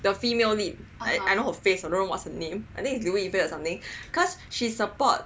the female lead I I know her face I don't know what is her name I think is 刘亦菲 or something because she support